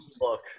look